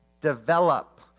develop